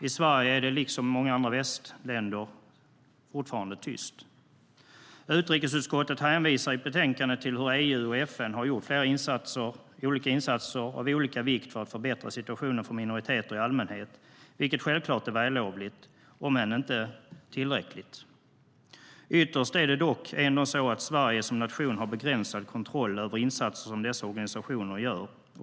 I Sverige är det liksom i många andra västländer fortfarande tyst. Utrikesutskottet hänvisar i betänkandet till hur EU och FN har gjort insatser av olika vikt för att förbättra situationen för minoriteter i allmänhet, vilket självklart är vällovligt, om än inte tillräckligt. Ytterst är det dock ändå så att Sverige som nation har begränsad kontroll över insatser som dessa organisationer gör.